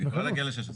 היא יכולה להגיע ל-16.